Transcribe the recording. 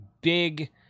big